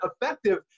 effective